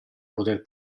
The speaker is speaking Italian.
poter